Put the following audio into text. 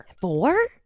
Four